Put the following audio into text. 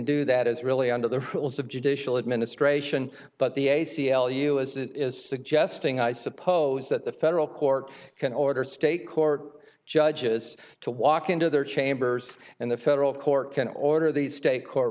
do that is really under the rules of judicial administration but the a c l u as it is suggesting i suppose that the federal court can order state court judges to walk into their chambers and the federal court can order the state court